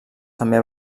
també